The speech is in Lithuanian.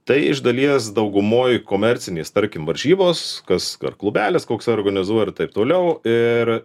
tai iš dalies daugumoj komercinės tarkim varžybos kas kar klubelis koks organizuoja ir taip toliau ir